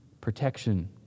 protection